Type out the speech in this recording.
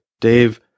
Dave